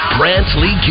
Brantley